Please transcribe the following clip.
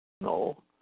No